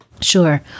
Sure